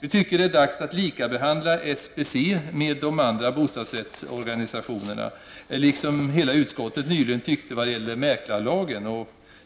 Vi tycker att det är dags att likabehandla SBC med andra bostadsrättsorganisationer, liksom hela utskottet nyligen tyckte det när det gäller mäklarlagen.